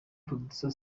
producer